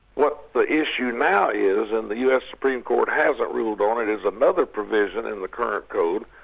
what the issue now is and the us supreme court hasn't ruled on, and is another provision in the current code,